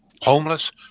homeless